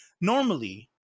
normally